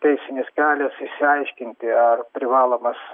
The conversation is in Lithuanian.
teisinis kelias išsiaiškinti ar privalomas